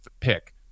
pick